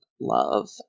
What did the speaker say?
love